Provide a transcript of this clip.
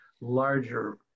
larger